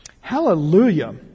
Hallelujah